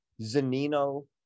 Zanino